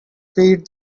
feed